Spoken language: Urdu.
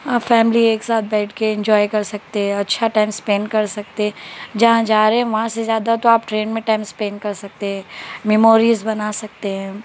فیملی ایک ساتھ بیٹھ کے انجوائے کر سکتے اچھا ٹائم اسپینڈ کر سکتے جہاں جا رہے ہیں وہاں سے زیادہ تو آپ ٹرین میں ٹائم اسپینڈ کر سکتے ہیں میموریز بنا سکتے ہیں